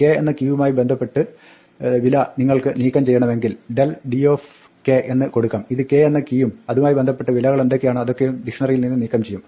k എന്ന കീയുമായി ബന്ധപ്പെട്ട വില നിങ്ങൾക്ക് നീക്കം ചെയ്യണമെങ്കിൽ deldk എന്ന് കൊടുക്കാം ഇത് k എന്ന കീയും അതുമായി ബന്ധപ്പെട്ട വിലകളെന്തൊക്കെയാണോ അതൊക്കെയും ഡിക്ഷ്ണറിയിൽ നിന്ന് നിക്കം ചെയ്യും